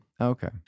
Okay